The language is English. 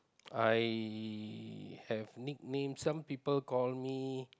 I have nicknames some people call me